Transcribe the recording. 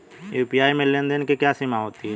UPI में लेन देन की क्या सीमा होती है?